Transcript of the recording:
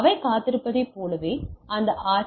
அவர்கள் காத்திருப்பதைப் போலவே இந்த ஆர்